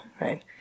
right